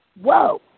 Whoa